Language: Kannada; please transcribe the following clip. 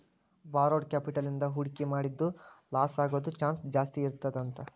ಬಾರೊಡ್ ಕ್ಯಾಪಿಟಲ್ ಇಂದಾ ಹೂಡ್ಕಿ ಮಾಡಿದ್ದು ಲಾಸಾಗೊದ್ ಚಾನ್ಸ್ ಜಾಸ್ತೇಇರ್ತದಂತ